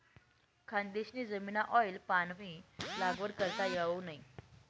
खानदेशनी जमीनमाऑईल पामनी लागवड करता येवावू नै